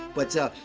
but,